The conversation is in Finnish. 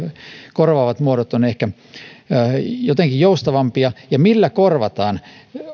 korvaavat muodot ovat ehkä jotenkin joustavampia ja millä korvataan